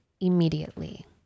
immediately